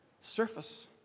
surface